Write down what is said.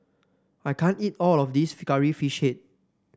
I can't eat all of this Curry Fish Head